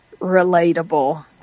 relatable